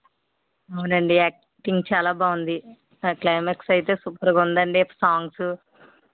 అవునండి యాక్టింగ్ చాలా బావుంది ఆ క్లైమాక్స్ అయితే సూపర్గా ఉందండి సాంగ్సు